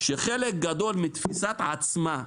שחלק גדול מתפיסת עצמה,